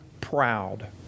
proud